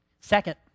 Second